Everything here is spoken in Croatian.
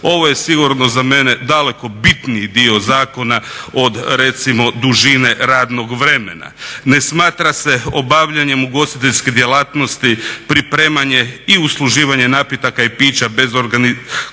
Ovo je sigurno za mene daleko bitniji dio zakona od recimo dužine radnog vremena. Ne smatra se obavljanjem ugostiteljske djelatnosti pripremanje i usluživanje napitaka i pića koje organiziraju